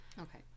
Okay